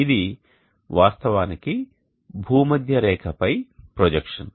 ఇది వాస్తవానికి భూమధ్య రేఖపై ప్రొజెక్షన్